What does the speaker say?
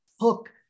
hook